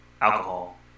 alcohol